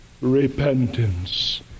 repentance